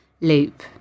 loop